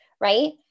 right